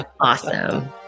Awesome